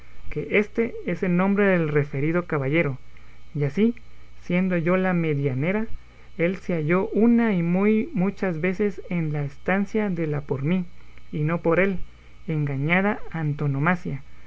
que éste es el nombre del referido caballero y así siendo yo la medianera él se halló una y muy muchas veces en la estancia de la por mí y no por él engañada antonomasia